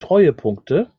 treuepunkte